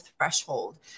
threshold